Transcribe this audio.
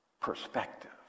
perspective